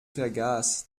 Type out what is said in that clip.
vergaß